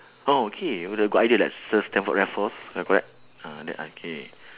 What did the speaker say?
oh okay got the got idea like sir stamford raffles ya correct ah like that ah K